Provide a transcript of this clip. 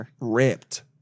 ripped